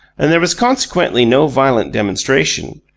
and there was consequently no violent demonstration,